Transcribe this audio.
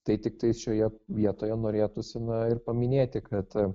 tai tiktai šioje vietoje norėtųsi na ir paminėti kad